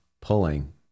pulling